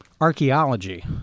archaeology